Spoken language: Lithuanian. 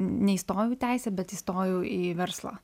neįstojau į teisę bet įstojau į verslą